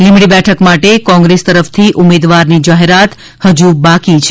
લીંબડી બેઠક માટે કોંગ્રેસ તરફથી ઉમેદવારની જાહેરાત હજુ બાકી છે